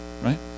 right